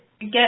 get